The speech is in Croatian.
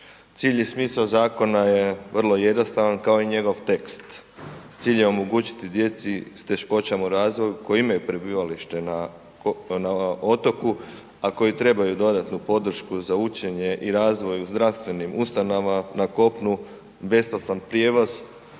Cilj i smisao zakona je vrlo jednostavan, kao i njegov tekst, cilj je omogućiti djeci s teškoćama u razvoju koji imaju prebivalište na otoku, a koji trebaju dodatnu podršku za učenje i razvoj u zdravstvenim ustanovama na kopnu, besplatan prijevoz,